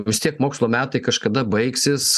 vis tiek mokslo metai kažkada baigsis